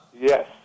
Yes